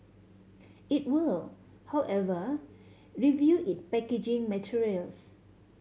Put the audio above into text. it will however review it packaging materials